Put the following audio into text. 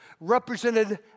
represented